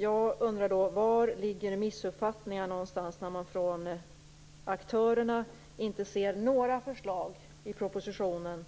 Jag undrar då: Vari består missuppfattningen när man från aktörerna inte ser några förslag i propositionen